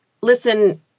listen